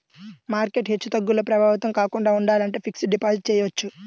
market హెచ్చుతగ్గులతో ప్రభావితం కాకుండా ఉండాలంటే ఫిక్స్డ్ డిపాజిట్ చెయ్యొచ్చు